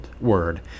word